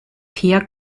peer